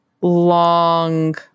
long